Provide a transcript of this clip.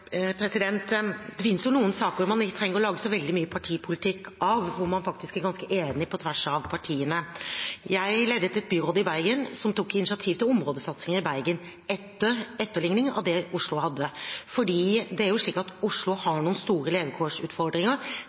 Det finnes noen saker man ikke trenger å lage så veldig mye partipolitikk av, hvor man faktisk er ganske enige på tvers av partiene. Jeg ledet et byråd i Bergen som tok initiativ til områdesatsing i Bergen, en etterligning av det Oslo hadde. Oslo har noen store levekårsutfordringer; det